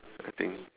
I think